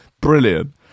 brilliant